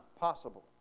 possible